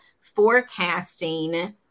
forecasting